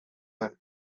den